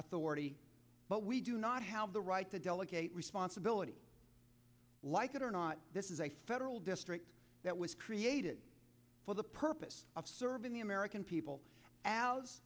authority but we do not have the right to delegate responsibility like it or not this is a federal district that was created for the purpose of serving the american people as